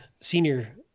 senior